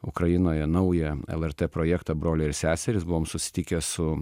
ukrainoje naują lrt projektą broliai ir seserys buvom susitikę su